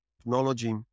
technology